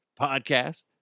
Podcast